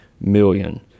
million